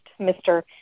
Mr